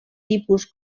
tipus